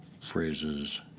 phrases